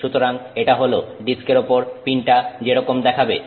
সুতরাং এটা হল ডিস্কের ওপর পিনটা যেরকম দেখাবে